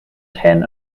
ten